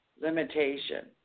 limitation